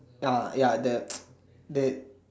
ya ya the the